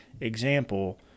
example